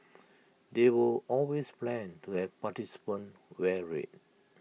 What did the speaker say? there were always plans to have participants wear red